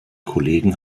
kollegen